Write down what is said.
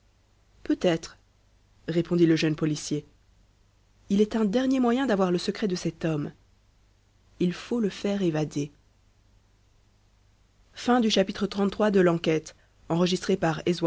peut-être répondit le jeune policier il est un dernier moyen d'avoir le secret de cet homme il faut le faire évader xxxiv